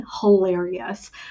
hilarious